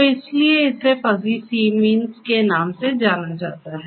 तो इसीलिए इसे फ़ज़ी cमीन्स के नाम से जाना जाता है